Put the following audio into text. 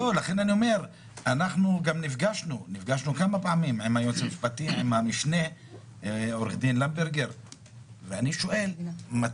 אנחנו גם נפגשנו כמה פעמים עם היועץ המשפטי לממשלה ועם המשנה שלו,